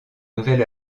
nouvel